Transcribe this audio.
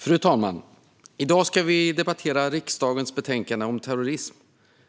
Fru talman! I dag ska vi debattera justitieutskottets betänkande om terrorism.